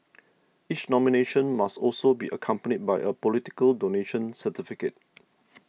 each nomination must also be accompanied by a political donation certificate